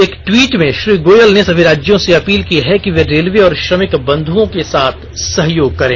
एक टवीट में श्री गोयल ने सभी राज्यों से अपील की है कि वे रेलवे और श्रमिक बंधुओं के साथ सहयोग करें